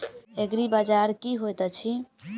एग्रीबाजार की होइत अछि?